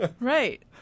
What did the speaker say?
Right